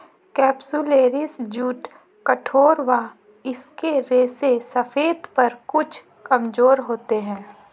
capsularis jute कठोर व इसके रेशे सफेद पर कुछ कमजोर होते हैं